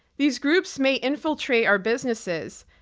these groups may infiltrate our businesses.